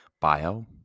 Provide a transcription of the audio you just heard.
Bio